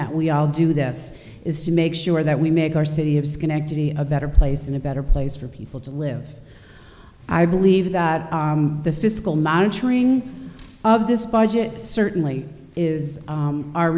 that we all do this is to make sure that we make our city of schenectady a better place and a better place for people to live i believe that the fiscal monitoring of this budget certainly is